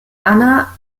anna